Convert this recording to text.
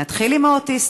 נתחיל עם האוטיסטים,